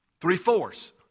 Three-fourths